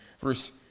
Verse